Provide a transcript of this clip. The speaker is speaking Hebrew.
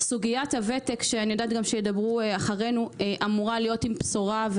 סוגיית הוותק אמורה להיות עם בשורה.